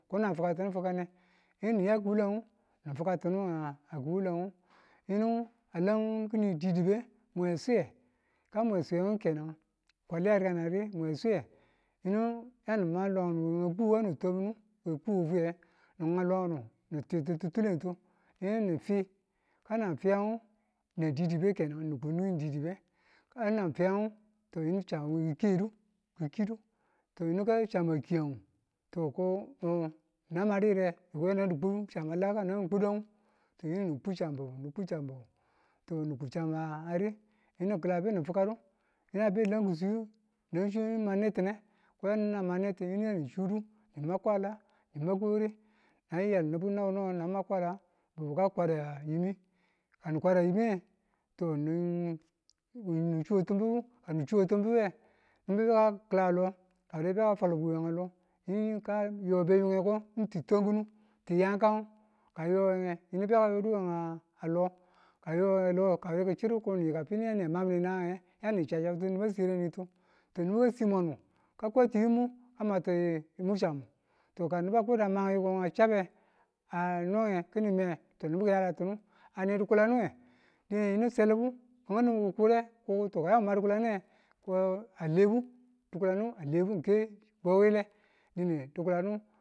Ko nang fukati̱nu fukane yinu ni ya kuwulangu ni fakatunuwe nga a kuwulangu yinu a lam ki̱ni didibenu mwe a swiyen, ka mwe a swiyang kenan kwali a rigan a ri mwe swaye yinu yanu ngau lwangangu we kuu yanu twangdu we kuu wufwiye ni nga lwangu ni twitulitu yinu nifi kan nang na fiyan nan didibe kenan ni kuni didibe kan ngu na fiyan to yinu chambu ki kiyedu ki̱kidu to yinu chambu kiyan ngu ko to na madi yire niko yanu ku chamba a lam kan ngu nani kudan to yinu ni ku chambubu ni ku chambubu to ni ku cham a ri yini niki̱lan ni fukadu yinu a be a lan kuswiwu na she na ma netimne ko yanan ma netin yinu yanu shudu ni ngau kwala ni ngau kwakre na yal nibu nibwen nabwen na ngau kwala wuka kwara gungi kani kwara yungi to ni shuwe timbibu kani chuwe timbibe bibu ka kilalo kawure ka fwal bwi wenga lo yinu ka yo be yungeko ng ti twankunu ti yangkan ka a yowe nge, yinu beka yodu we nge lo kayowe lo, ka wure ki chirru ko niyika fi yana mamine nangang nge yani chau chattiu niba siranetu to nibu kasi mwannu ka kwatu yimu ka matu muchammu to ka nuba kweda ma yikonge a chabe, a nonge ki̱ni me to nibu kiyaratinu ane dịkulanuwe dine selibu ki̱ ngau numin kukukure ko to kayamu ma di̱kulane, ko a lebu dịkulanu a lebu ng ke bwe wile dine di̱kulanu